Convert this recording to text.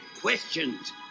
questions